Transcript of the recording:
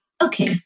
Okay